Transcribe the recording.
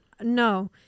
no